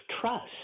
trust